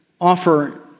offer